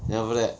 then after that